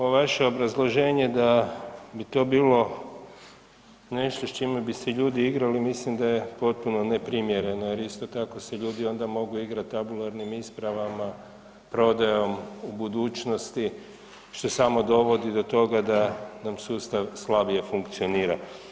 Vaše obrazloženje da bi to bilo nešto s čime bi se ljudi igrali mislim da je potpuno neprimjereno jer isto tako se ljudi onda mogu igrati tabularnim ispravama prodajom u budućnosti što samo dovodi do toga da nam sustav slabije funkcionira.